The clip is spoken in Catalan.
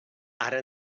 ara